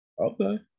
Okay